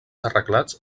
arreglats